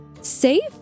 safe